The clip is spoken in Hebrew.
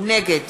נגד